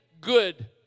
good